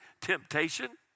temptation